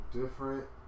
different